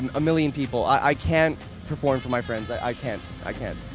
and a million people, i can't perform for my friends. i i can't, i can't.